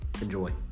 Enjoy